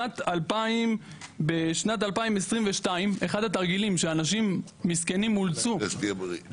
בשנת 2022 אחד התרגילים שאנשים מסכנים אולצו